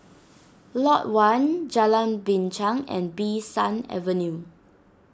Lot one Jalan Binchang and Bee San Avenue